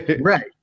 Right